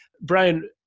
Brian